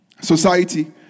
society